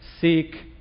seek